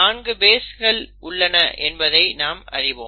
4 பேஸ்கள் உள்ளன என்பதை நாம் அறிவோம்